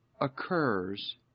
occurs